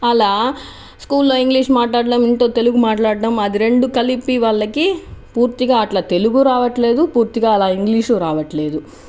అలా స్కూల్లో ఇంగ్లీష్ మాట్లాడడం ఇంట్లో తెలుగు మాట్లాడడం అది రెండు కలిపి వాళ్ళకి పూర్తిగా అట్ల తెలుగు రావట్లేదు పూర్తిగా అలా ఇంగ్లీషు రావట్లేదు